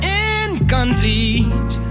incomplete